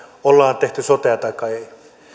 on tehty sotea taikka ei